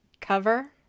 cover